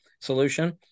solution